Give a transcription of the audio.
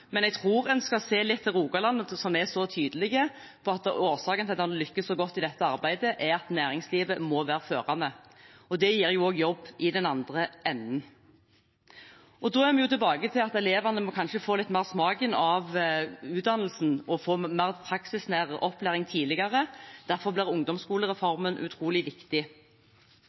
Men jeg tror en skal se litt til Rogaland, som er så tydelige på at årsaken til at en har lyktes så godt i dette arbeidet, er at næringslivet må være førende. Det gir jo også jobb i den andre enden. Da er vi tilbake til at elevene kanskje må få litt mer smaken av utdannelsen og få mer praksisnær opplæring tidligere. Derfor blir ungdomsskolereformen utrolig viktig.